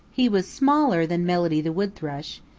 he was smaller than melody the wood thrush,